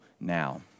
now